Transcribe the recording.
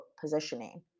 positioning